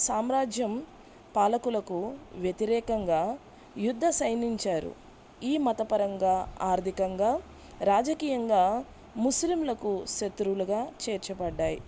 సామ్రాజ్యం పాలకులకు వ్యతిరేకంగా యుద్ధం సంధించారు ఈ మతపరంగా ఆర్థికంగా రాజకీయంగా ముస్లింలకు శత్రువులుగా చేర్చబడ్డాయి